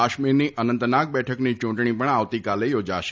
કાશ્મીરની અનંતનાગ બેઠકની ચૂંટણી પણ આવતીકાલે યોજાશે